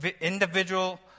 individual